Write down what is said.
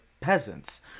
peasants